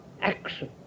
action